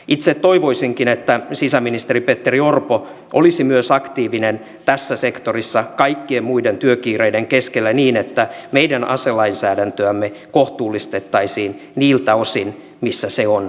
itse toivoisinkin että sisäministeri petteri orpo olisi myös aktiivinen tässä sektorissa kaikkien muiden työkiireiden keskellä niin että meidän aselainsäädäntöämme kohtuullistettaisiin niiltä osin missä se on järkevää